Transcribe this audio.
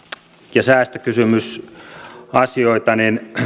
ja säästökysymysasioita